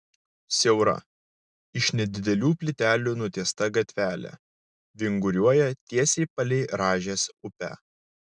siaura iš nedidelių plytelių nutiesta gatvelė vinguriuoja tiesiai palei rąžės upę